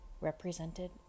represented